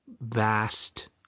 vast